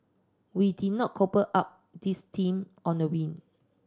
we did not cobble up this team on a whim